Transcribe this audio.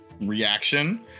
reaction